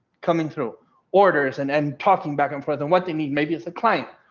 coming through orders and and talking back and forth and what they need, maybe it's a client,